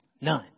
None